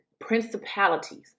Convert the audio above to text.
principalities